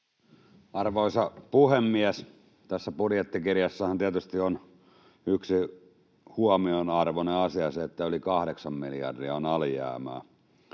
Arvoisa puhemies! Tässä budjettikirjassahan on tietysti yksi huomionarvoinen asia, se, että yli kahdeksan miljardia on alijäämää.